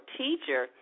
teacher